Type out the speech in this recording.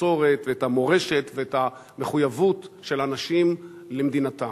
המסורת ואת המורשת ואת המחויבות של האנשים למדינתם.